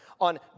on